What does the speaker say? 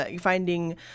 finding